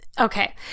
okay